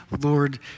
Lord